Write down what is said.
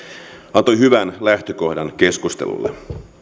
antoi hyvän lähtökohdan keskustelulle